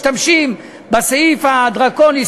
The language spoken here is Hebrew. משתמשים בסעיף הדרקוני,